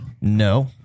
No